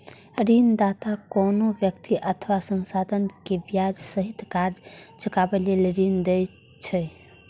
ऋणदाता कोनो व्यक्ति अथवा संस्था कें ब्याज सहित कर्ज चुकाबै लेल ऋण दै छै